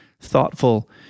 thoughtful